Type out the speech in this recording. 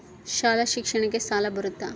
ಶಾಲಾ ಶಿಕ್ಷಣಕ್ಕ ಸಾಲ ಬರುತ್ತಾ?